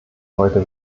heute